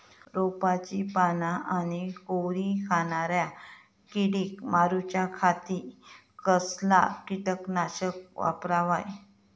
रोपाची पाना आनी कोवरी खाणाऱ्या किडीक मारूच्या खाती कसला किटकनाशक वापरावे?